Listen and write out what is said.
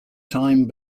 time